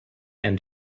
and